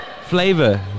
flavor